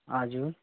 हजुर